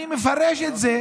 אני מפרש את זה,